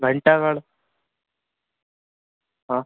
घंटाघर हाँ